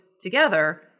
together